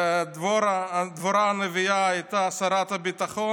דבורה הנביאה הייתה שרת הביטחון,